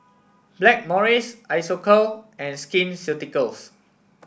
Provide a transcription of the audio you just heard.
Blackmores Isocal and Skin Ceuticals